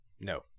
No